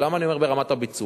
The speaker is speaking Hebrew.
ולמה אני אומר "ברמת הביצוע"?